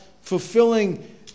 fulfilling